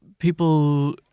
People